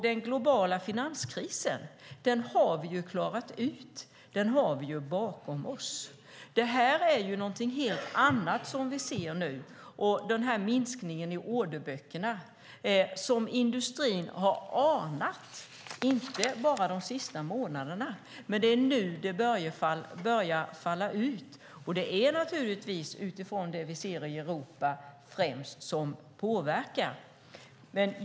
Den globala finanskrisen har vi klarat ut och har bakom oss. Det är något helt annat vi ser nu. Det är en minskning i orderböckerna som industrin har anat inte bara de sista månaderna, men det är nu det börjar falla ut. Det är främst det vi ser i Europa som påverkar.